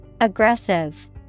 Aggressive